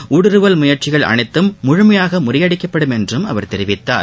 ஊடுருவல் முயற்சிகள் அனைத்தம் முழுமையாக முறியடிக்கப்படும் என்றும் அவர் தெரிவித்தார்